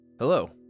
Hello